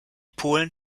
polen